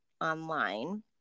online